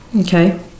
Okay